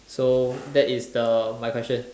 so that is the my question